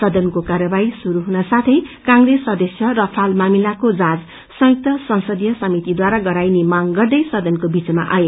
सदनको कार्यवाही शुरू हुनसायै कांग्रेस सदस्य सफाल मालाको जाँच संयुक्त संसदीय समितिद्वारा गराइने मांग गर्दै सदनको बीचमा आए